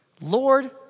Lord